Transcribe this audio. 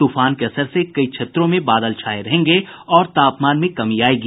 तूफान के असर से कई क्षेत्रों में बादल छाये रहेंगे और तापमान में कमी आयेगी